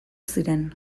ziren